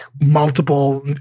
multiple